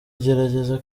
gerageza